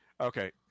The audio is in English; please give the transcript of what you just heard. Okay